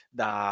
da